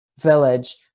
village